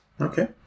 Okay